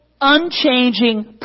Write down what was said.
unchanging